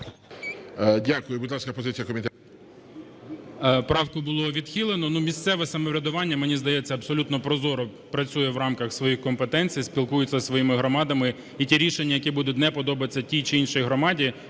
Дякую. Будь ласка, позиція комітету.